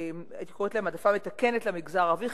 הייתי קוראת להן העדפה מתקנת למגזר הערבי,